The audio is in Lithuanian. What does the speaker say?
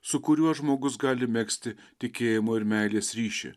su kuriuo žmogus gali megzti tikėjimo ir meilės ryšį